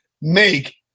Make